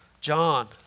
John